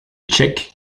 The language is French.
tchèques